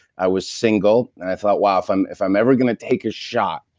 i was single. i thought, wow, if i'm if i'm ever going to take a shot,